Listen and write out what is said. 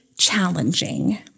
challenging